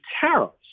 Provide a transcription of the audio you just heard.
tariffs